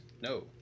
no